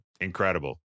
incredible